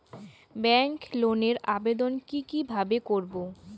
Bank লোনের আবেদন কি কিভাবে করব?